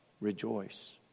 rejoice